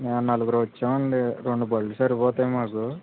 మేము నలుగురు వచ్చాం అండి రెండు బళ్ళు సరిపోతాయి మాకు